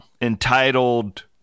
entitled